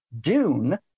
Dune